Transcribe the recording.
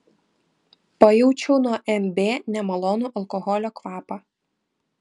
pajaučiau nuo mb nemalonų alkoholio kvapą